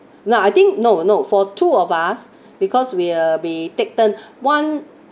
no I think no no for two of us because we uh we take turn one